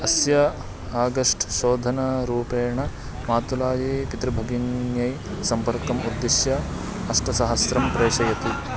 अस्य आगस्ट् शोधनारूपेण मातुलायै पितृभगिन्यै सम्पर्कम् उद्दिश्य अष्टसहस्रं प्रेषयति